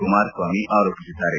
ಕುಮಾರಸ್ವಾಮಿ ಆರೋಪಿಸಿದ್ದಾರೆ